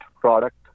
product